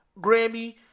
Grammy